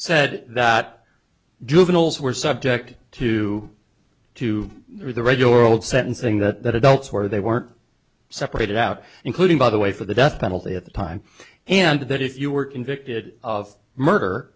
said that juveniles were subject to to the regular world sentencing that adults were they weren't separated out including by the way for the death penalty at the time and that if you were convicted of murder